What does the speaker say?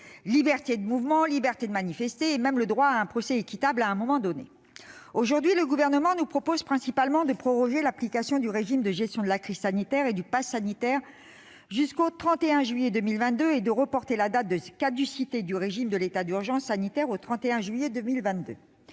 liberté de mouvement, liberté de manifester et même, à un moment donné, droit à un procès équitable. Aujourd'hui, le Gouvernement nous propose, pour l'essentiel, de proroger l'application du régime de gestion de la crise sanitaire et du passe sanitaire jusqu'au 31 juillet 2022, et de reporter la date de caducité du régime de l'état d'urgence sanitaire à la même date.